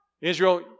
Israel